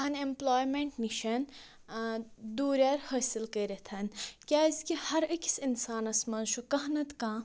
اَن ایمپٕلمنٛٹ نِش ٲ دوٗرِیرَر حاصٕل کٔرِتھ کیٛازِ کہِ ہر أکِس اِنسانَس منٛز چھُ کانٛہہ نَتہٕ کانٛہہ